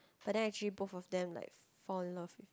but then actually both of them like fall in love